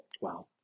Wow